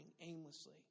aimlessly